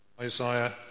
Isaiah